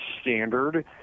standard